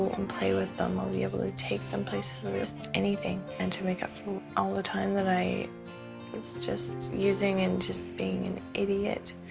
and play with them, i'll be able to take them places, just anything. and to make up for all the time that i was just using and just being an idiot.